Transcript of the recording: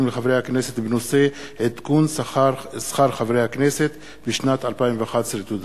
לחברי הכנסת בנושא: עדכון שכר חברי הכנסת בשנת 2011. תודה.